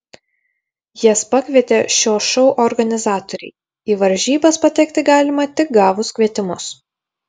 jas pakvietė šio šou organizatoriai į varžybas patekti galima tik gavus kvietimus